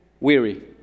Weary